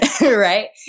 right